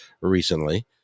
recently